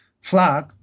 flag